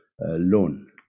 loan